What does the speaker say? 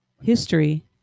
history